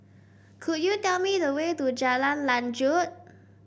could you tell me the way to Jalan Lanjut